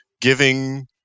giving